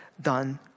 done